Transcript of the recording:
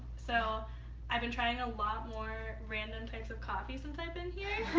so i've been trying a lot more random types of coffee since i've been here.